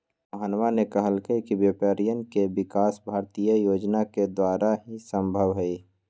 मोहनवा ने कहल कई कि व्यापारियन के विकास भारतीय योजना के द्वारा ही संभव हई